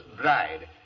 bride